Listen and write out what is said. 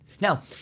Now